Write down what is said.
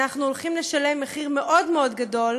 אנחנו הולכים לשלם מחיר מאוד מאוד גדול